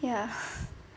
ya